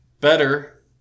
Better